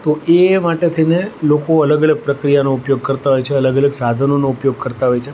તો એ માટે થઈને લોકો અલગ અલગ પ્રક્રિયાનો ઉપયોગ કરતા હોય છે અલગ અલગ સાધનોનો ઉપયોગ કરતા હોય છે